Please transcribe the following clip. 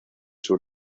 sur